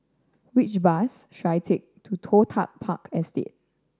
which bus should I take to Toh Tuck Park Estate